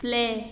play